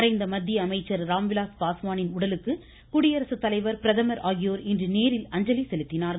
மறைந்த மத்திய அமைச்சர் ராம்விலாஸ் பாஸ்வானின் உடலுக்கு குடியரசுத்தலைவர் பிரதமர் ஆகியோர் இன்று நேரில் அஞ்சலி செலுத்தினார்கள்